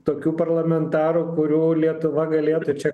tokių parlamentarų kurių lietuva galėtų čia